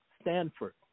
Stanford